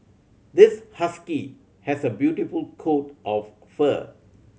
this husky has a beautiful coat of fur